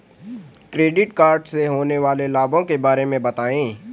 Credit card से होने वाले लाभों के बारे में बताएं?